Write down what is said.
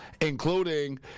including